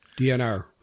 DNR